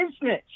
business